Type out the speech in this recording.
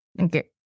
Okay